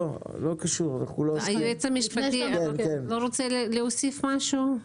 היועץ המשפטי רוצה להוסיף משהו?